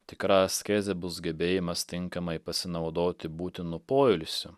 tikra askezė bus gebėjimas tinkamai pasinaudoti būtinu poilsiu